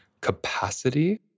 capacity